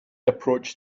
approached